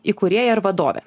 įkūrėja ir vadovė